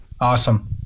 Awesome